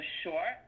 sure